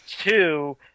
Two